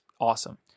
Awesome